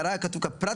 כתוב "הפיקוח והבקרה,